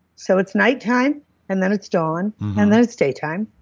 so it's nighttime and then its dawn and then it's daytime,